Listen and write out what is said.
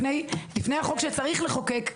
לפני החוק שצריך לחוקק,